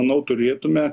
manau turėtume